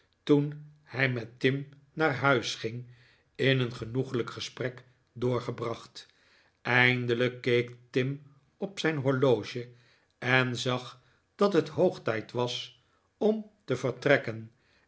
toen hij met tim naar huis ging in een genoeglijk gesprek doorgebracht eindelijk keek tim op zijn horloge en zag dat het hoog tijd was om te vertrekkem